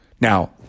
Now